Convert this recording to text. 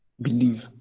believe